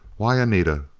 why, anita!